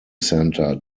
center